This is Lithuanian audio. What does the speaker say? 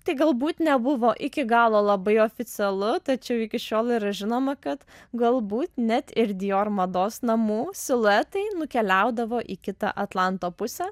tai galbūt nebuvo iki galo labai oficialu tačiau iki šiol yra žinoma kad galbūt net ir dior mados namų siluetai nukeliaudavo į kitą atlanto pusę